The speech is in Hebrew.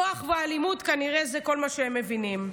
כוח ואלימות, כנראה זה כל מה שהם מבינים.